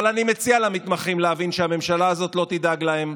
אבל אני מציע למתמחים להבין שהממשלה הזאת לא תדאג להם,